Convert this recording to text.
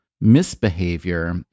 misbehavior